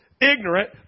ignorant